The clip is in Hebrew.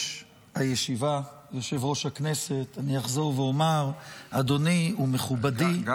אחזור ואומר, אדוני ומכובדי, היושב-ראש.